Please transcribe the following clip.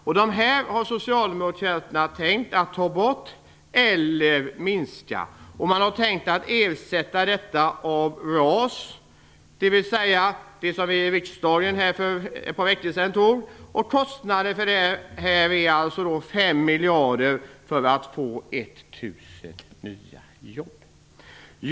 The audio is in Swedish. De här åtgärderna har Socialdemokraterna tänkt ta bort eller minska, och man har tänkt ersätta dem med RAS, dvs. det som vi fattade beslut om för ett par veckor sedan här i riksdagen. Kostnaden i det sammanhanget är 5 miljarder för 1 000 nya jobb.